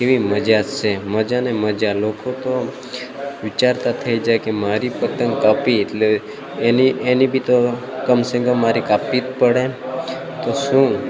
કેવી મજા સે મજાને મજા લોકો તો વિચારતા થઈ જાય કે મારી પતંગ કાપી એટલે એની એની બી તો કમ સે કમ મારી કાપવી જ પડે તો શું